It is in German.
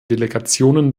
delegationen